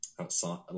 outside